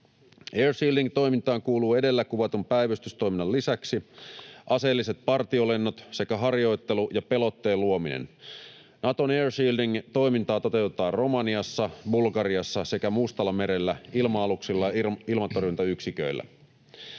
Air shielding ‑toimintaan kuuluvat edellä kuvatun päivystystoiminnan lisäksi aseelliset partiolennot sekä harjoittelu ja pelotteen luominen. Naton air shielding ‑toimintaa toteutetaan Romaniassa, Bulgariassa sekä Mustallamerellä ilma-aluksilla ja ilmatorjuntayksiköillä.